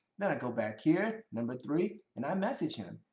now i go back here, number three, and i message him,